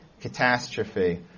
catastrophe